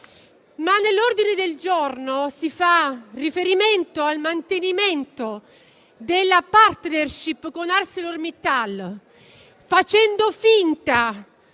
Nell'ordine del giorno si fa riferimento al mantenimento della *partnership* con ArcelorMittal, facendo finta